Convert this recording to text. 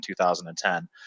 2010